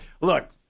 Look